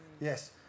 Yes